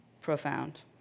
profound